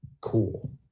Cool